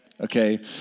Okay